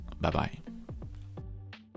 Bye-bye